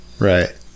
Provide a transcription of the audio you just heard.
Right